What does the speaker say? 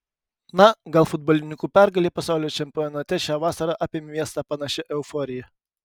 na gal futbolininkų pergalė pasaulio čempionate šią vasarą apėmė miestą panašia euforija